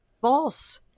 false